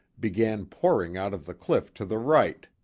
began pouring out of the cliff to the right,